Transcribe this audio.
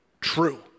true